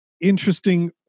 interesting